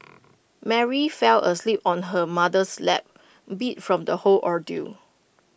Mary fell asleep on her mother's lap beat from the whole ordeal